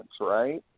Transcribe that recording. Right